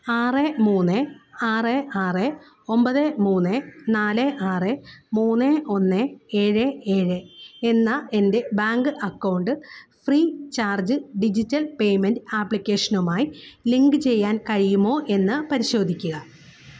ആറ് മൂന്ന് ആറ് ആറ് ഒൻപത് മൂന്ന് നാല് ആറ് മൂന്ന് ഒന്ന് ഏഴ് ഏഴ് എന്ന എൻ്റെ bank account free charge digital payment ആപ്ലിക്കേഷനുമായി ലിങ്ക് ചെയ്യാൻ കഴിയുമോ എന്ന് പരിശോധിക്കുക